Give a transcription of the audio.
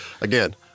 Again